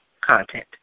content